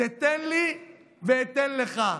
זה תן לי ואתן לך.